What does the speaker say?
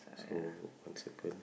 so once again